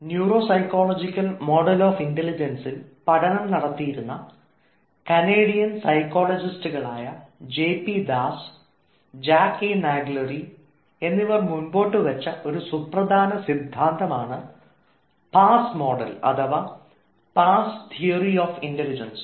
neuro psychological model of ഇന്റലിജൻസിൽ പഠനം നടത്തിയിരുന്ന കനേഡിയൻ സൈക്കോളജിസ്റ്റുകളായ J P Das Jack A Naglieri എന്നിവർ മുൻപോട്ടു വച്ച് ഒരു സുപ്രധാന സിദ്ധാന്തമാണ് പാസ്സ് മോഡൽ അഥവാ പാസ് തിയറി ഓഫ് ഇൻറലിജൻസ്